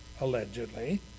allegedly